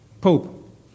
Pope